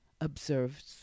observes